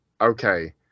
Okay